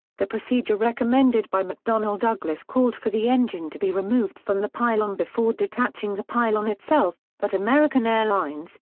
the procedure recommended by mcdonnell-douglas called for the engine to be removed from the pylon before detaching the pylon itself, but american airlines,